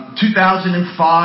2005